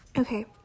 Okay